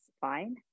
fine